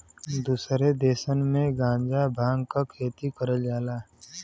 दुसरे देसन में गांजा भांग क खेती करल जाला